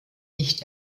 nicht